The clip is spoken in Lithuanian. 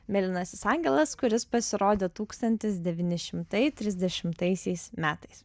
mėlynasis angelas kuris pasirodė tūkstantis devyni šimtai trisdešimtaisiais metais